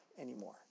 anymore